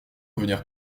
venir